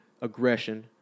aggression